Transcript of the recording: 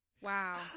Wow